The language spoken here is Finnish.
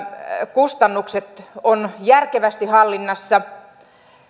kustannukset ovat järkevästi hallinnassa